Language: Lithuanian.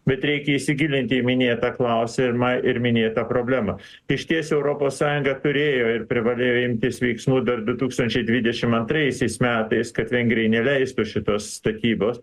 bet reikia įsigilinti į minėtą klausimą ir minėtą problemą išties europos sąjunga turėjo ir privalėjo imtis veiksmų dar du tūkstančiai dvidešim antraisiais metais kad vengrijai neleistų šitos statybos